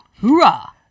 Hoorah